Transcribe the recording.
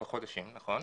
נכון.